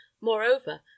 moreover